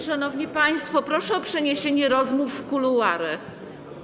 Szanowni państwo, proszę o przeniesienie rozmów w kuluary.